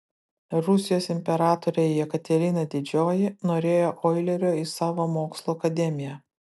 rusijos imperatorė jekaterina didžioji norėjo oilerio į savo mokslų akademiją